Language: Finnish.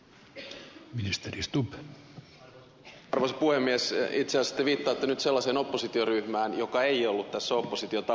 itse asiassa te viittaatte nyt sellaiseen oppositioryhmään joka ei ollut tässä oppositiotapaamisessa